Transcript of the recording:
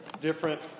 different